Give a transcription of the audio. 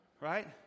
right